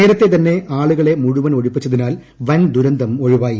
നേരത്തെ തന്നെ ആളുകളെ മുഴുവൻ ഒഴിപ്പിച്ചതിനാൽ വൻദുരന്തം ഒഴിവായി